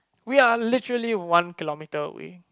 we are literally one kilo meter away